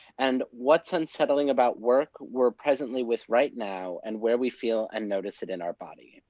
and what's unsettling about work we're presently with right now and where we feel and notice it in our body?